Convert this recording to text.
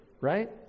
Right